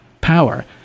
power